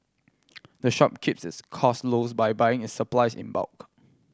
the shop keeps its cost low by buying its supplies in bulk